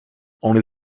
only